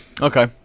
okay